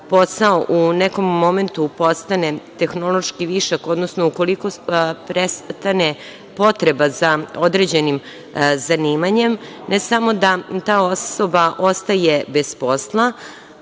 posao u nekom momentu postane tehnološki višak, odnosno ukoliko prestane potreba za određenim zanimanjem, ne samo da ta osoba ostaje bez posla,